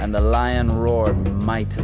and the lion roar might